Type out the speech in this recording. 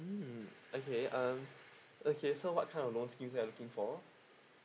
mm okay um okay so what kind of loan scheme you are looking for